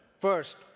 First